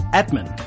admin